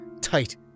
tight